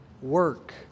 work